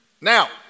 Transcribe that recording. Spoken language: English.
Now